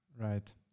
Right